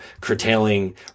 curtailing